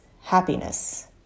happiness